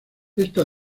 esta